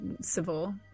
civil